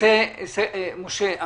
משה,